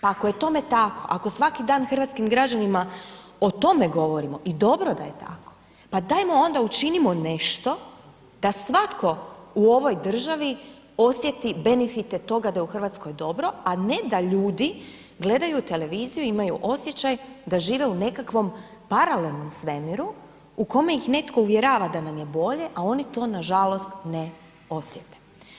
Pa ako je tome tako, ako svaki dan hrvatskim građanima o tome govorimo i dobro da je tako, pa dajmo onda učinimo nešto da svatko u ovoj državi osjeti benefite toga da je u Hrvatskoj dobro, a ne da ljudi gledaju televiziju i imaju osjećaj da žive u nekakvom paralelnom svemiru u kome ih netko uvjerava da nam je bolje, a oni to nažalost ne osjete.